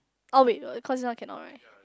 oh wait cause this one cannot right